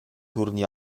turni